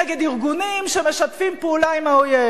נגד ארגונים שמשתפים פעולה עם האויב.